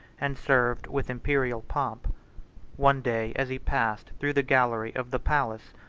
and served with imperial pomp one day, as he passed through the gallery of the palace,